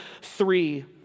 three